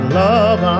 love